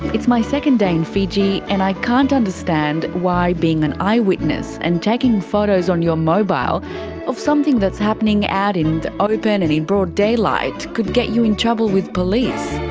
it's my second day in fiji, and i can't understand why being an eyewitness and taking photos on your mobile of something that's happening out in the open and in broad daylight could get you in trouble with police.